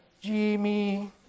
Jimmy